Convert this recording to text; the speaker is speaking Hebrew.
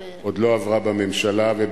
עוד לא עברה בכנסת,